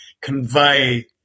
convey